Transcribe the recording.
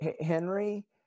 Henry